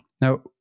Now